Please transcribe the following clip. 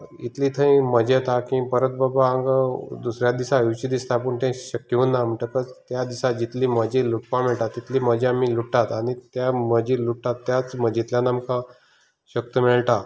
इतली थंय मजा येता की परत बाबा हांगा दुसऱ्या दिसांक येवंचे दिसता पूण तें शक्य उरना म्हणटकच त्या दिसा जितली मजा लुटपाक मेळटा तितली मजा आमी लुटतात आनी त्या मजा लुटतात त्याच मजेंतल्यान आमकां शक्त मेळटा